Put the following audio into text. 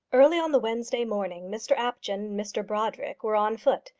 early on the wednesday morning mr apjohn and mr brodrick were on foot,